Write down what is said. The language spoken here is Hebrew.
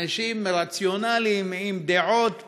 אנשים רציונליים, עם דעות פתוחות.